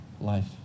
life